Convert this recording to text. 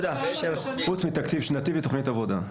חוץ מתקציב שנתי ותוכנית עבודה.